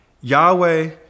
Yahweh